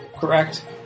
Correct